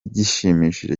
gishimishije